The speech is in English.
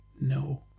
no